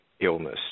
illness